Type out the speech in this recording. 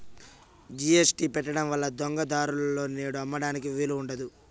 GST పెట్టడం వల్ల దొంగ దారులలో నేడు అమ్మడానికి వీలు ఉండదు